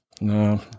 No